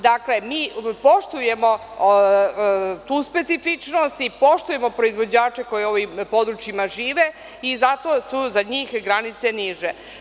Dakle, mi poštujemo tu specifičnost i poštujemo proizvođače koji u ovim područjima žive i zato su za njih granice niže.